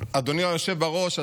היושב בראש,